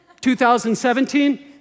2017